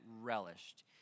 relished